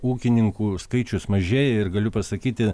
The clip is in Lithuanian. ūkininkų skaičius mažėja ir galiu pasakyti